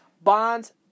Bonds